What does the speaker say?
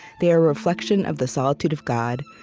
they are a reflection of the solitude of god,